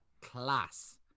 class